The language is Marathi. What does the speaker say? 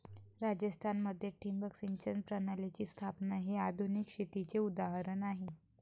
राजस्थान मध्ये ठिबक सिंचन प्रणालीची स्थापना हे आधुनिक शेतीचे उदाहरण आहे